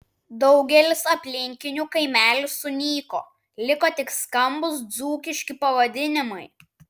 daugelis aplinkinių kaimelių sunyko liko tik skambūs dzūkiški pavadinimai